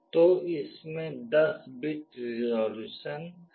तो इसमें 10 bit resolution है